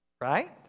Right